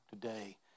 today